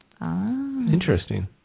Interesting